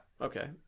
Okay